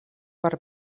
per